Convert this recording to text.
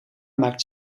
maakt